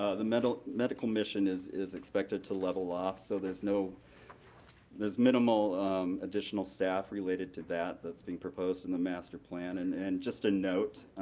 ah the medical medical mission is is expected to level off so there's no there's minimal additional staff related to that that's being proposed in the master plan. and and just a note,